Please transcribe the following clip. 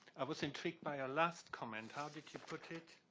i was intrigued by your last comment how did you put it?